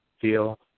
feel